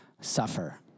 suffer